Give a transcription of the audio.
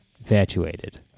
infatuated